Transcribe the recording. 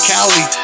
Cali